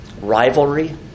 rivalry